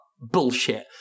Bullshit